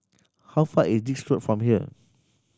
how far is Dix Road from here